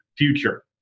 future